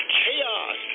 chaos